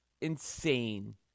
insane